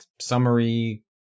summary